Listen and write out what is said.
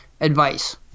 advice